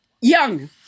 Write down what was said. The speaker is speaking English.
Young